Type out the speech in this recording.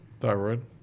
Thyroid